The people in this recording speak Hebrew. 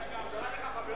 חסון,